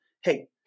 Hey